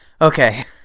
okay